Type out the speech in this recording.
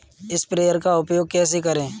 Sprayer का उपयोग कैसे करें?